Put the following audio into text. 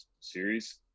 series